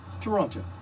Toronto